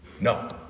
No